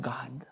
God